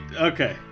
Okay